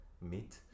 meat